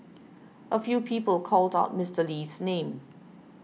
a few people called out Mister Lee's name